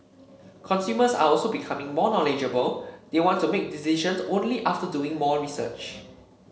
consumers are also becoming more knowledgeable they want to make decisions only after doing more research